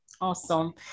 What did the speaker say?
Awesome